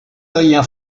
doña